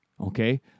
okay